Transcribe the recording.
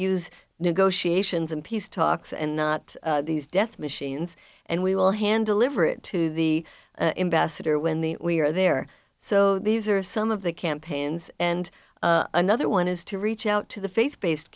use negotiations and peace talks and not these death machines and we will handle liver it to the ambassador when the we are there so these are some of the campaigns and another one is to reach out to the faith based